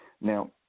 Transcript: Now